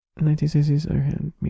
1960s